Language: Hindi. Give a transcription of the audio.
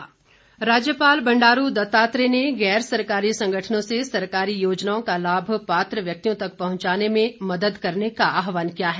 राज्यपाल राज्यपाल बंडारू दत्तात्रेय ने गैर सरकारी संगठनों से सरकारी योजनाओं का लाभ पात्र व्यक्तियों तक पहुंचाने में मद्द करने का आह्वान किया है